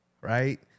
right